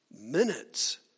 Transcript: minutes